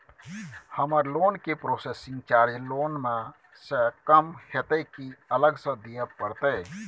हमर लोन के processing charge loan म स कम होतै की अलग स दिए परतै?